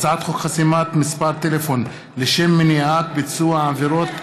הצעת חוק חסימת מספר טלפון לשם מניעת ביצוע עבירות,